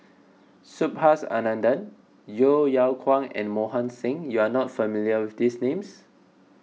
Subhas Anandan Yeo Yeow Kwang and Mohan Singh you are not familiar with these names